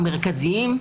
המרכזיים,